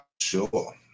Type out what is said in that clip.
sure